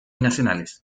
nacionales